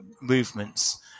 movements